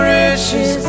riches